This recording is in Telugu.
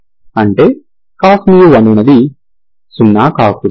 అంటే cos అనునది 0 కాకూడదు